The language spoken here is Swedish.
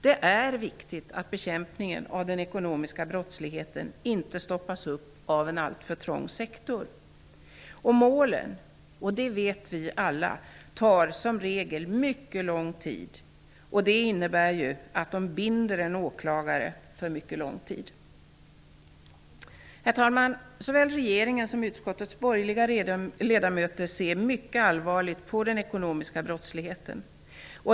Det är viktigt att bekämpningen av den ekonomiska brottsligheten inte stoppas upp av en alltför trång sektor. Vi vet alla att målen som regel är mycket tidskrävande. Det innebär att de binder en åklagare för mycket lång tid. Herr talman! Såväl regeringen som utskottets borgerliga ledamöter ser mycket allvarligt på den ekonomiska brottsligheten.